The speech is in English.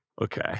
Okay